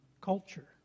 culture